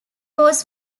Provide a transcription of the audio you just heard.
was